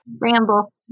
Ramble